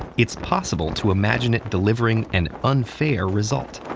it's possible to imagine it delivering an unfair result.